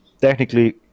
technically